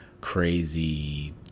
crazy